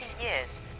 years